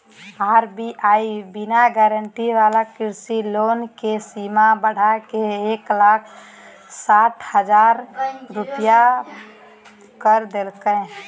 RBI बिना guarantee वाला कृषि लोन के सीमा बढ़ाके एक लाख साठ हजार रुपया कर देलके हें